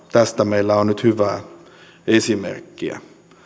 tästä meillä on nyt hyvää esimerkkiä